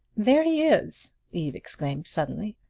there he is! eve exclaimed suddenly.